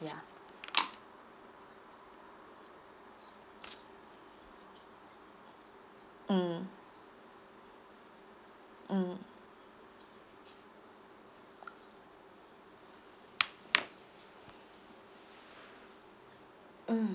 ya mm mm mm